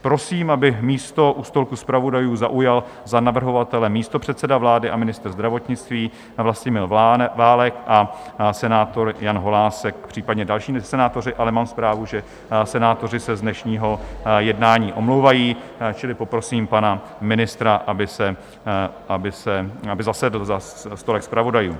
Prosím, aby místo u stolku zpravodajů zaujal za navrhovatele místopředseda vlády a ministr zdravotnictví Vlastimil Válek a senátor Jan Holásek, případně další senátoři, ale mám zprávu, že senátoři se z dnešního jednání omlouvají, čili poprosím pana ministra, aby zasedl za stolek zpravodajů.